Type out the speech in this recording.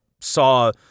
saw